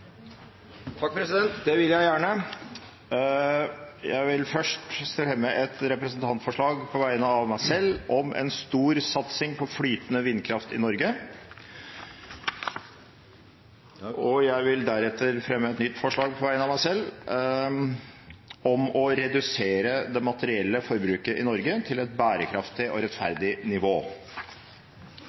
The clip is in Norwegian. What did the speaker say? Det vil jeg gjerne. Jeg vil først fremme et representantforslag på vegne av meg selv om en storsatsing på flytende vindkraft i Norge. Jeg vil deretter fremme et nytt forslag på vegne av meg selv om å redusere det materielle forbruket i Norge til et bærekraftig og rettferdig nivå.